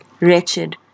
wretched